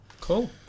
Cool